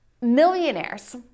millionaires